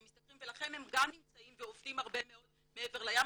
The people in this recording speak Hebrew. שהם משתכרים ולכן הם גם נמצאים ועובדים הרבה מאוד מעבר לים,